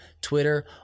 Twitter